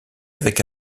avec